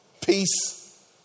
Peace